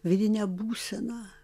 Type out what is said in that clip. vidinę būseną